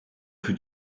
für